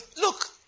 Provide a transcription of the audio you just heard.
Look